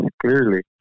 clearly